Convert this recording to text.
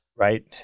right